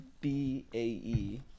B-A-E